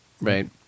right